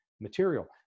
material